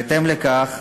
בהתאם לכך,